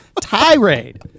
tirade